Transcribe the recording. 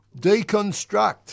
Deconstruct